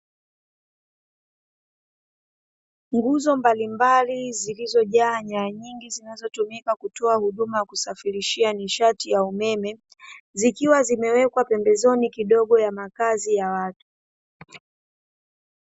Nguzo mbalimbali zilizojaa nyaya nyingi zinazotumika kutoa huduma ya kusafirishia nishati ya umeme, zikiwa zimewekwa pembezoni kidogo ya makazi ya watu.